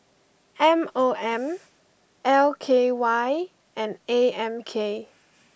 M O M L K Y and A M K